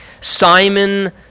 Simon